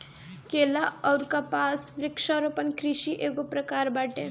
केला अउर कपास वृक्षारोपण कृषि एगो प्रकार बाटे